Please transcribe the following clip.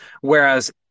Whereas